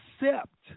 accept